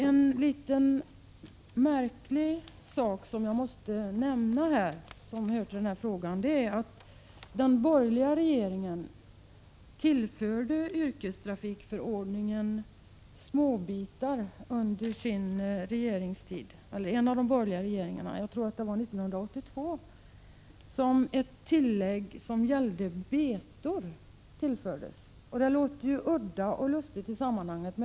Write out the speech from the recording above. En litet märklig omständighet som jag måste nämna i detta sammanhang är att en av de borgerliga regeringarna — jag tror att det var 1982 — tillförde yrkestrafikförordningen ett tillägg som gällde transport av betor. Detta låter udda och lustigt i sammanhanget.